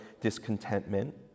discontentment